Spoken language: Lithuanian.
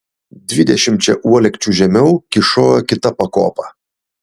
dvidešimčia uolekčių žemiau kyšojo kita pakopa